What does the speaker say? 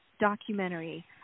Documentary